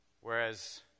Whereas